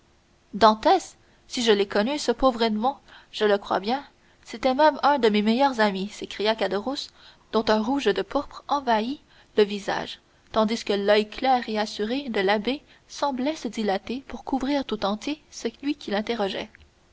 dantès si je l'ai connu ce pauvre edmond je le crois bien c'était même un de mes meilleurs amis s'écria caderousse dont un rouge de pourpre envahit le visage tandis que l'oeil clair et assuré de l'abbé semblait se dilater pour couvrir tout entier celui qu'il interrogeait